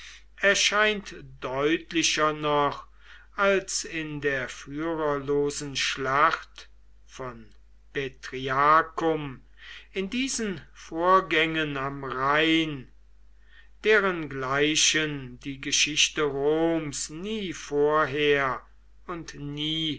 erscheint deutlicher noch als in der führerlosen schlacht von betriacum in diesen vorgängen am rhein derengleichen die geschichte roms nie vorher und nie